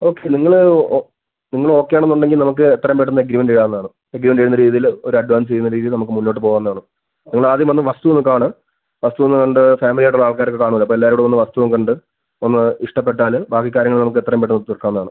okay നിങ്ങള് ഓ നിങ്ങൾ ഒക്കെ ആണെന്നുണ്ടെങ്കിൽ നമുക്ക് എത്രയും പെട്ടെന്ന് അഗ്രിമെന്റ് എഴുതാവുന്നതാണ് അഗ്രിമെന്റ് എഴുതുന്ന രീതീയില് ഒരു അഡ്വാൻസ് ചെയ്യുന്ന രീതിയില് നമുക്ക് മുന്നോട്ട് പോകാവുന്നതാണ് നിങ്ങളാദ്യം വന്ന് വസ്തുവൊന്ന് കാണ് വസ്തുവൊന്ന് കണ്ട് ഫാമിലിയായിട്ടുള്ള ആൾക്കാരൊക്കെ കാണുവല്ലോ അപ്പോൾ എല്ലാവരും കൂടെ ഒന്ന് വസ്തു കണ്ട് ഒന്ന് ഇഷ്ടപ്പെട്ടാല് ബാക്കി കാര്യങ്ങള് നമുക്ക് എത്രയും പെട്ടെന്ന് തീർക്കാവുന്നാണ്